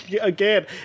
Again